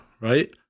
right